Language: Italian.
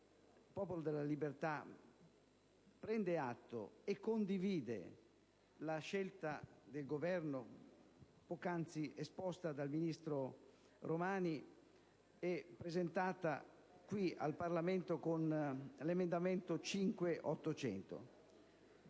Il Popolo della Libertà prende atto della scelta del Governo poc'anzi esposta dal ministro Romani e presentata qui al Parlamento con l'emendamento 5.800